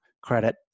credit